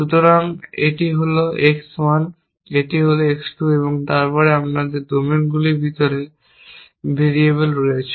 সুতরাং এটি হল X 1 এটি হল X 2 এবং তারপরে আপনার ডোমেনগুলির ভিতরে ভেরিয়েবল রয়েছে